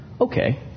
Okay